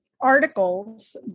articles